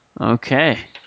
okay